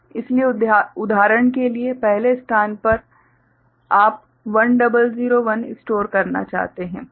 इसलिए उदाहरण के लिए पहले स्थान पर आप 1001 स्टोर करना चाहते हैं